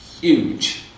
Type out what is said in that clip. huge